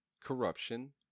corruption